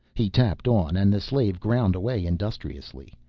he tapped on and the slave ground away industriously.